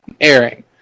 airing